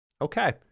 Okay